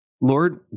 Lord